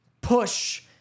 push